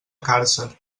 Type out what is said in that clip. càrcer